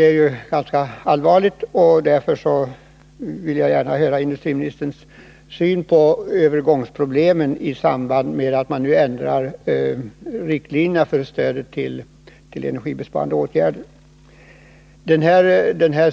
är ganska allvarligt, och därför ville jag gärna få del av energiministerns syn på övergångsproblemen i samband med att man nu ändrar riktlinjerna för stödet till energibesparande åtgärder.